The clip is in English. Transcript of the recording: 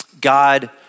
God